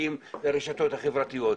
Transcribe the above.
מגיעים לרשתות החברתיות.